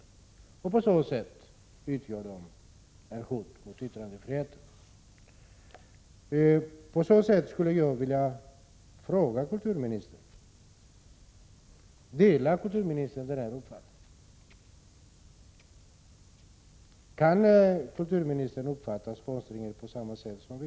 På så sätt utgörs sponsring 133 en ett hot mot yttrandefriheten. Jag skulle vilja fråga kulturministern: Delar kulturministern vår uppfattning? Kan kulturministern uppfatta sponsringen på samma sätt som vi?